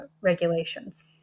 regulations